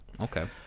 okay